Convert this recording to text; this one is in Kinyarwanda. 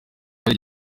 ari